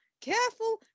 careful